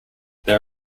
there